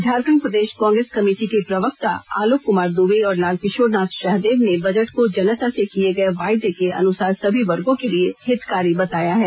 झारखंड प्रदेश कांग्रेस कमेटी के प्रवक्ता आलोक कुमार दूबे और लाल किशोरनाथ शाहदेव ने बजट को जनता से किये गये वायदे के अनुसार सभी वर्गों के लिए हितकारी बताया है